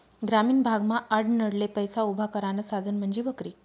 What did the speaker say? ग्रामीण भागमा आडनडले पैसा उभा करानं साधन म्हंजी बकरी